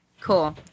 Cool